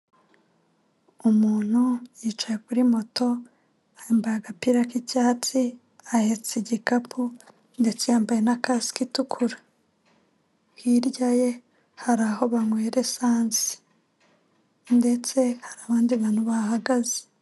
Umuntu yicaye kuri moto yambaye agapira k'icyatsi ahetse igikapu ndetse yambaye na kasike itukura hirya ye hari aho banywera esansi ndetse hari abandi bantu bahagaze.